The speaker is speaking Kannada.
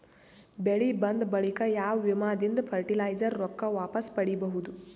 ಬೆಳಿ ಬಂದ ಬಳಿಕ ಯಾವ ವಿಮಾ ದಿಂದ ಫರಟಿಲೈಜರ ರೊಕ್ಕ ವಾಪಸ್ ಪಡಿಬಹುದು?